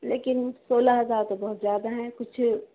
لیکن سولہ ہزار تو بہت زیادہ ہیں کچھ